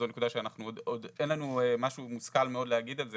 זו נקודה שעוד אין לנו משהו מושכל להגיד על זה